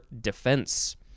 defense